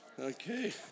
Okay